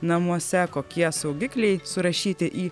namuose kokie saugikliai surašyti į